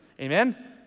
Amen